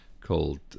called